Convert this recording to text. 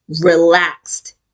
relaxed